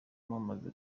mumaze